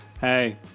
Hey